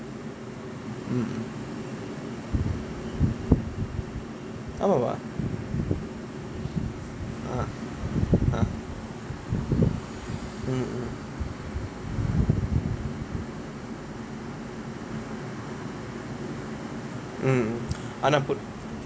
mm ஆமா ஆமா:aamaa aamaa ah ah mm mm mm mm